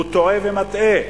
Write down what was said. הוא טועה ומטעה.